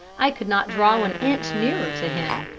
i could not draw an inch nearer to him.